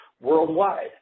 worldwide